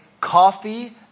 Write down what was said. coffee